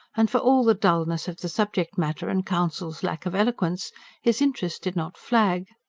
and for all the dullness of the subject-matter and counsel's lack of eloquence his interest did not flag.